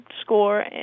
score